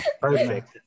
Perfect